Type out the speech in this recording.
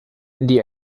die